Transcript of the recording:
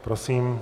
Prosím.